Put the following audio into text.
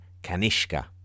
Kanishka